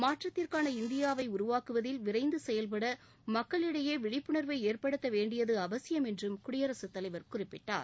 மாற்றத்திற்கான இந்தியாவை உருவாக்குவதில் விரைந்து செயல்பட மக்களிடையே விழிப்புணர்வை ஏற்படுத்த வேண்டியது அவசியம் என்று குடியரசு தலைவர் குறிப்பிட்டார்